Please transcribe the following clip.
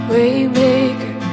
Waymaker